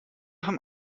haben